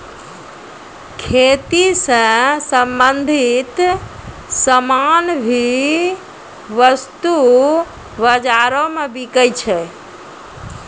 खेती स संबंछित सामान भी वस्तु बाजारो म बिकै छै